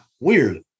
weird